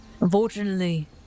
unfortunately